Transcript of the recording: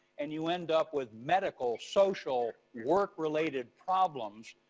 and you end up with medical, social, work-related problems.